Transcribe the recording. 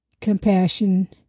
compassion